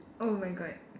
oh my god